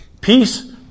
Peace